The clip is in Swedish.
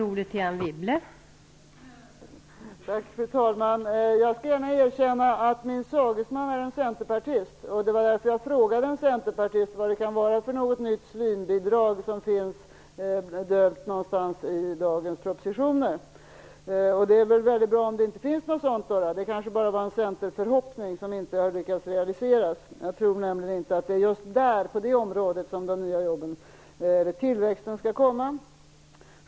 Fru talman! Jag skall gärna erkänna att min sagesman är en centerpartist. Därför frågade jag en centerpartist vad det är för nytt svinbidrag som finns i dagens propositionsförslag. Det är väldigt bra om det inte finns något sådant bidrag. Kanske var det bara en förhoppning från Centern om något som man inte lyckats realisera. Jag tror nämligen inte att det är på just det området som de nya jobben och tillväxten skall komma.